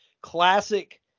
classic